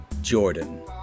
Jordan